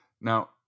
Now